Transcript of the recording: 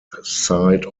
side